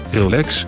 relax